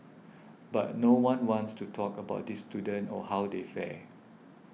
but no one wants to talk about these students or how they fare